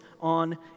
on